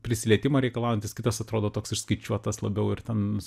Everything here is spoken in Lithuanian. prisilietimo reikalaujantis kitas atrodo toks išskaičiuotas labiau ir ten